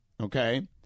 okay –